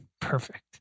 Perfect